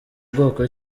bwoko